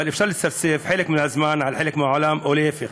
אבל אפשר לצפצף חלק מהזמן על חלק מהעולם, או להפך.